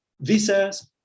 visas